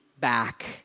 back